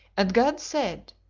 and god said,